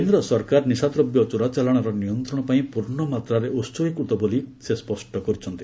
କେନ୍ଦ୍ର ସରକାର ନିଶାଦ୍ରବ୍ୟ ଚୋରାଚାଲାଣର ନିୟନ୍ତ୍ରଣ ପାଇଁ ପୂର୍ଣ୍ଣମାତ୍ରାରେ ଉତ୍ତର୍ଗୀକୃତ ବୋଲି ସେ ସ୍ୱଷ୍ଟ କରିଛନ୍ତି